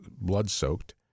blood-soaked